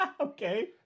Okay